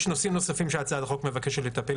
יש נושאים נוספים שהצעת החוק מבקשת לטפל